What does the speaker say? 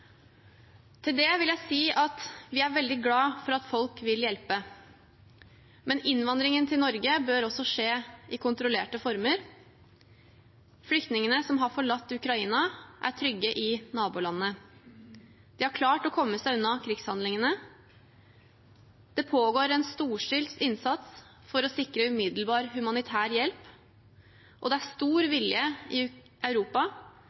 Til det vil jeg si at vi er veldig glad for at folk vil hjelpe, men innvandringen til Norge bør skje i kontrollerte former. Flyktningene som har forlatt Ukraina, er trygge i nabolandene. De har klart å komme seg unna krigshandlingene. Det pågår en storstilt innsats for å sikre umiddelbar humanitær hjelp, og det er stor vilje i Europa